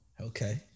okay